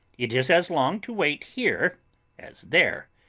it is as long to wait here as there.